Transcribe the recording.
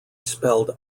spelled